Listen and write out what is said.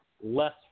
less